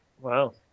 Wow